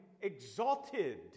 exalted